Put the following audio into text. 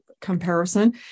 comparison